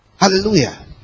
Hallelujah